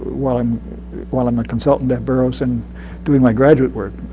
while i'm while i'm a consultant at burroughs and doing my graduate work.